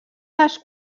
les